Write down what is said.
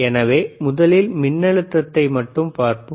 எனவே முதலில் மின்னழுத்தத்தை மட்டும் பார்ப்போம்